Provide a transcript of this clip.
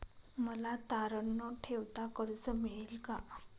मला तारण न ठेवता कर्ज मिळेल का?